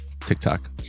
TikTok